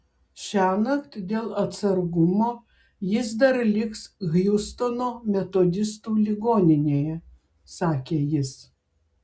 šiąnakt dėl atsargumo jis dar liks hjustono metodistų ligoninėje sakė jis